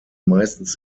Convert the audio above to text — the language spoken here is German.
meistens